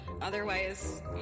Otherwise